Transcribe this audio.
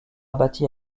bâtie